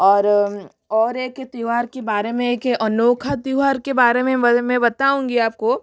और और एक त्यौहार के बारे में एक अनोखा त्यौहार के बारे में बारे में बताऊंगी आप को